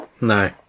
No